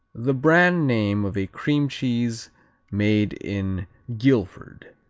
the brand name of a cream cheese made in guilford.